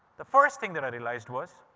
the first thing that i realized was